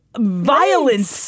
violence